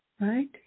Right